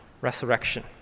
resurrection